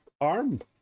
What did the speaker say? arm